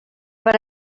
per